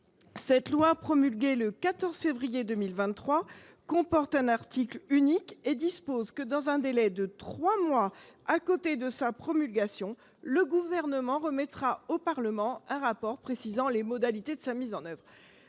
question, promulguée le 13 février 2023, comporte un article unique, qui dispose que, dans un délai de trois mois à compter de sa promulgation, le Gouvernement remet au Parlement un rapport précisant les modalités de sa mise en œuvre.